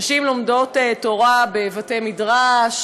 נשים לומדות תורה בבתי-מדרש,